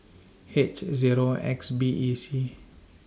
H Zero X B E C